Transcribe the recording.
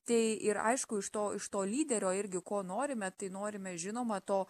tai ir aišku iš to iš to lyderio irgi ko norime tai norime žinoma to